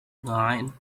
nine